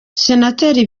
senateri